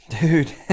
Dude